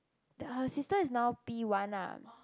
her sister is now P one ah